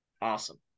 awesome